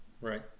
Right